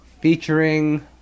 featuring